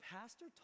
pastor